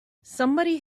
somebody